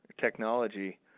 technology